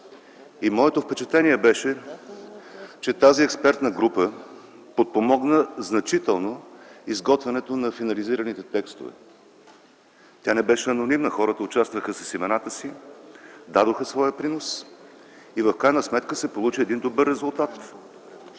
И моето впечатление беше, че тази експертна група подпомогна значително изготвянето на финализираните текстове. Тя не беше анонимна, хората участваха с имената си, дадоха своя принос и в крайна сметка се получи един добър резултат.